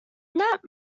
that